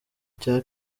cya